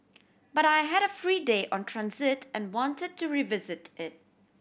but I had a free day on transit and wanted to revisit it